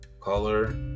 color